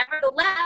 nevertheless